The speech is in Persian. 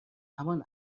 همان